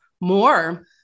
more